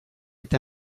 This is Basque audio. eta